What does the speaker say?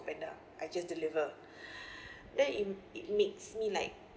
foodpanda I just deliver then it makes me like